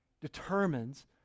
determines